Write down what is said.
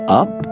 up